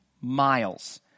miles